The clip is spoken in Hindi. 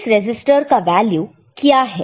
इस रेसिस्टर का वैल्यू क्या है